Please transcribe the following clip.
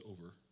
over